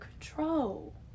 control